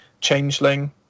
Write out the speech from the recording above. Changeling